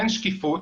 אין שקיפות